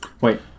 Wait